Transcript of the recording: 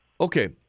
Okay